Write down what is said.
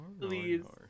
Please